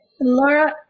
Laura